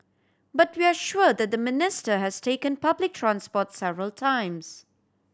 but we are sure that the Minister has taken public transport several times